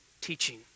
teaching